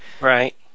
Right